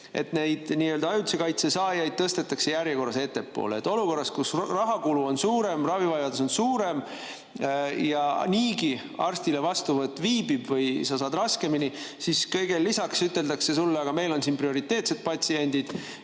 et neid nii-öelda ajutise kaitse saajaid tõstetakse järjekorras ettepoole. Olukorras, kus rahakulu on suurem, ravivajadus on suurem ja niigi arstile pääsemine viibib, sa saad sinna raskemini, kõigele lisaks üteldakse sulle, aga meil on prioriteetsed patsiendid